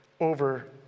over